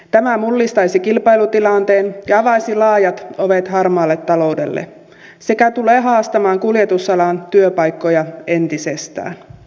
tämä mullistaisi kilpailutilanteen ja avaisi laajat ovet harmaalle taloudelle sekä tulee haastamaan kuljetusalan työpaikkoja entisestään